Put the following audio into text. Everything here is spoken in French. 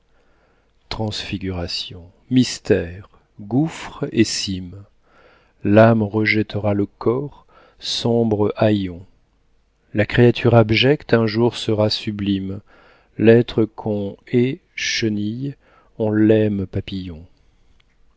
transfiguration mystère gouffre et cime l'âme rejettera le corps sombre haillon la créature abjecte un jour sera sublime l'être qu'on hait chenille on l'aime papillon